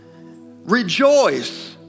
Rejoice